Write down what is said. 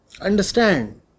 Understand